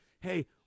hey